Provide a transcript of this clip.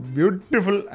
Beautiful